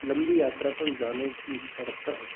लम्बी यात्रा पर जाने की इच्छा रखता हूँ